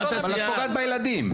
אבל את פוגעת בילדים.